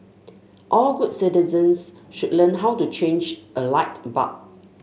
all good citizens should learn how to change a light bulb